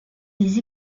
des